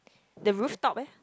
the rooftop leh